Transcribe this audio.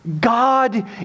God